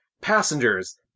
Passengers